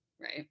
Right